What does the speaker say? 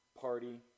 party